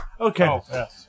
Okay